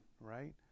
right